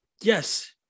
Yes